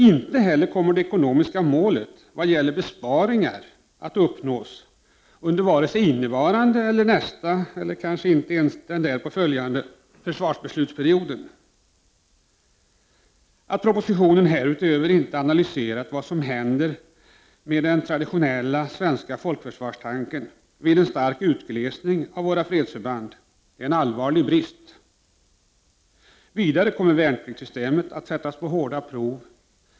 Inte heller kommer det ekonomiska målet vad gäller besparingar att uppnås under vare sig den innevarande, nästa eller under den kanske därpå följande försvarsbeslutsperioden. Att propositionen härutöver inte analyserat vad som händer med den traditionella svenska folkförsvarstanken vid en stark utglesning av våra fredsförband är en allvarlig brist. Vidare kommer värnpliktssystemet att sättas på hårda prov.